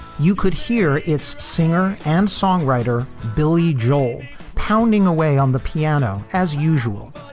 you could hear it's singer and songwriter billy joel pounding away on the piano, as usual.